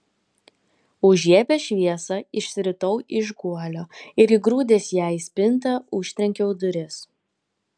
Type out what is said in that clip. užžiebęs šviesą išsiritau iš guolio ir įgrūdęs ją į spintą užtrenkiau duris